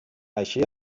així